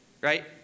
right